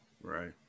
Right